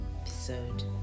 episode